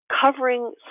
covering